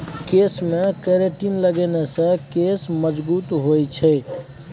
केशमे केरेटिन लगेने सँ केश मजगूत होए छै